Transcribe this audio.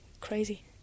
crazy